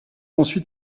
ensuite